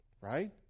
right